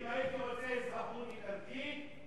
אם הייתי רוצה אזרחות איטלקית,